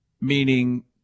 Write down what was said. Meaning